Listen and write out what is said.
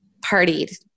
partied